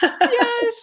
Yes